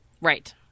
Right